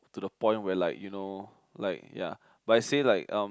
to the point where like you know like ya but I say like um